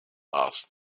asked